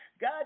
God